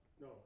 No